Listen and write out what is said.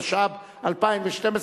התשע"ב 2012,